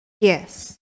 Yes